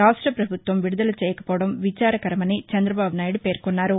రాష్ట్ర పభుత్వం విడుదల చేయకపోవడం విచారకరమని చంద్రబాబు నాయుడు పేర్కొన్నారు